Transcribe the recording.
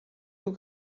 who